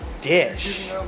dish